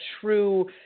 true